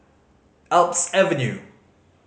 Alps Avenue